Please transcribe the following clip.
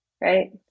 right